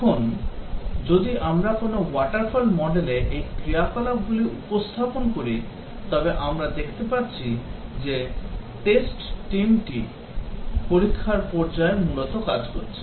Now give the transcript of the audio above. এখন যদি আমরা কোনও waterfall model এ এই ক্রিয়াকলাপগুলি উপস্থাপন করি তবে আমরা দেখতে পাচ্ছি যে test team টি পরীক্ষার পর্যায়ে মূলত কাজ করছে